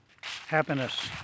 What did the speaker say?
happiness